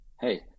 hey